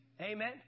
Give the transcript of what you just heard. Amen